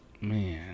Man